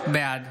בעד